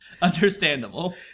Understandable